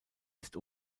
ist